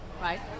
right